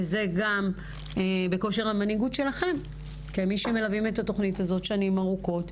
וזה גם בכושר המנהיגות שלכם כמי שמלווים את התוכנית הזאת שנים ארוכות,